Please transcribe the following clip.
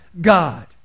god